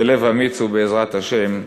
בלב אמיץ ובעזרת השם,